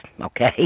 Okay